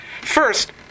First